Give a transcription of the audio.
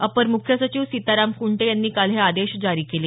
अपर मुख्य सचिव सीताराम कुंटे यांनी काल हे आदेश जारी केले